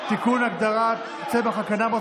הגדרת צמח הקנבוס,